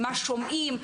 מה שומעים,